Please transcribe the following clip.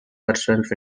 herself